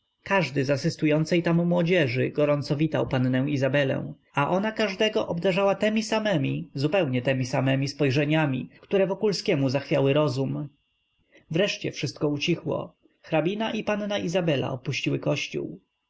każdy z asystującej tam młodzieży gorąco witał pannę izabelę a ona każdego obdarzała temi samemi zupełnie temi samemi spojrzeniami które wokulskiemu zachwiały rozum wreszcie wszystko ucichło hrabina i panna izabela opuściły kościół